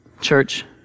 Church